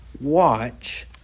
watch